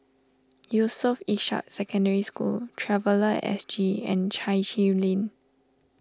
Yusof Ishak Secondary School Traveller S G and Chai Chee Lane